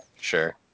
Sure